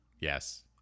Yes